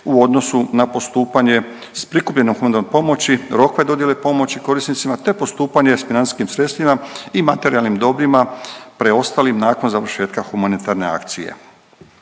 u odnosu na postupanje sa prikupljenim fondom od pomoći, rokove dodjele pomoći korisnicima te postupanje sa financijskim sredstvima i materijalnim dobrima preostalim nakon završetka humanitarne akcije.